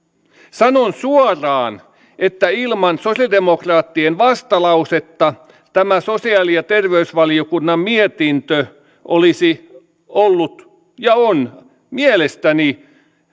sanon suoraan että ilman sosiaalidemokraattien vastalausetta tämä sosiaali ja terveysvaliokunnan mietintö olisi ollut ja on mielestäni